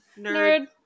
Nerd